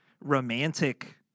romantic